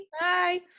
Bye